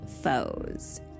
foes